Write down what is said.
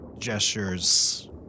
gestures